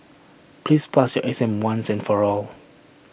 please pass your exam once and for all